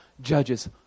judge's